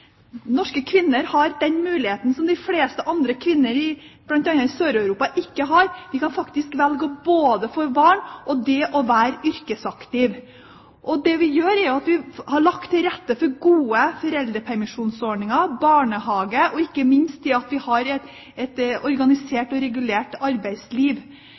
Norske kvinner har den muligheten som de fleste andre kvinner, bl.a. i Sør-Europa, ikke har. Vi kan faktisk velge både å få barn og å være yrkesaktiv. Det vi har gjort, er jo at vi har lagt til rette for gode foreldrepermisjonsordninger, barnehage og ikke minst det at vi har et organisert og regulert arbeidsliv.